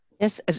Yes